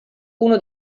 uno